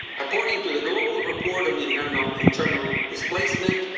according to the global report on internal internal displacement,